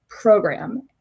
program